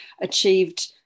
achieved